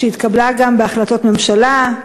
שהתקבלה גם בהחלטות ממשלה,